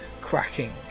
cracking